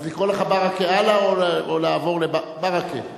אז לקרוא לך ברכֵה הלאה, או לעבור, ברכֵה.